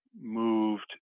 moved